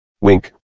Wink